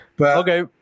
Okay